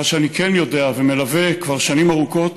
מה שאני כן יודע, ואני מלווה כבר שנים ארוכות